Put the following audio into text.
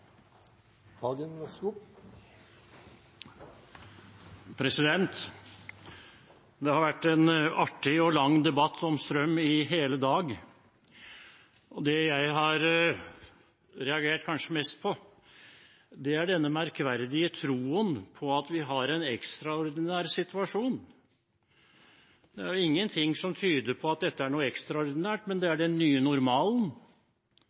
dag. Det jeg kanskje har reagert mest på, er denne merkverdige troen på at vi har en ekstraordinær situasjon. Det er ingenting som tyder på at dette er noe ekstraordinært; det er den nye normalen. Og det